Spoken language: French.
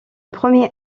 premier